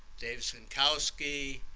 dave synkowski,